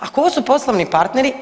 A tko su poslovni partneri?